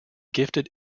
gifted